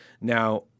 Now